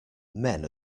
men